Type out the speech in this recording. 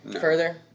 further